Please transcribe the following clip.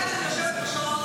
בגלל שאני יושבת פה שעות,